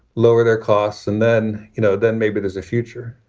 lower their costs. and then, you know, then maybe there's a future